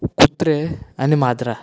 कुत्रें आनी माजरां